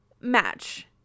match